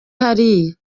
hariya